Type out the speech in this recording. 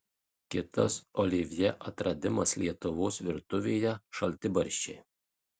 kitas olivjė atradimas lietuvos virtuvėje šaltibarščiai